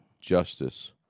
justice